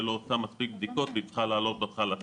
לא עושה מספיק בדיקות והיא צריכה להעלות ל-10,000,